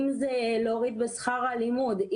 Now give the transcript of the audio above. אם זה להוריד את שכר הלימוד,